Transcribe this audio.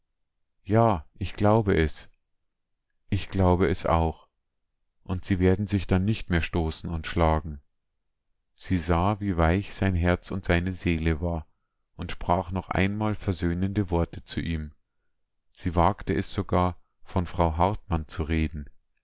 ja ich glaube es ich glaube es auch und sie werden sich dann nicht mehr stoßen und schlagen sie sah wie weich sein herz und seine seele war und sprach noch einmal versöhnende worte zu ihm sie wagte es sogar von frau hartmann zu reden